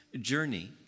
journey